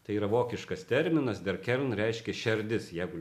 tai yra vokiškas terminas derkern reiškia šerdis jeigu